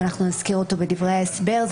ואנחנו נזכיר בדברי ההסבר,